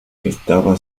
estaba